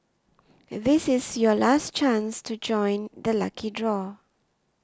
this is your last chance to join the lucky draw